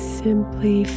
simply